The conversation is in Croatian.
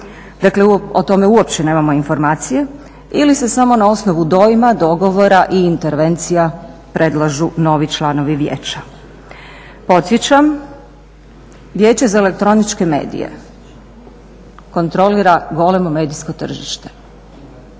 dakle o tome uopće nemamo informacije ili se samo na osnovu, dogovora i intervencija predlažu novi članovi vijeća. Podsjećam, Vijeće za elektroničke medije kontrolira golemo medijsko tržište,